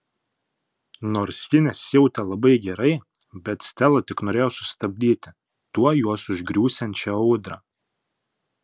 nors ji nesijautė labai gerai bet stela tik norėjo sustabdyti tuoj juos užgriūsiančią audrą